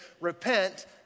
repent